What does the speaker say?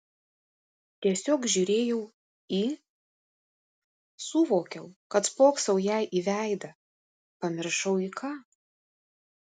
tiesiog žiūrėjau į suvokiau kad spoksau jai į veidą pamiršau į ką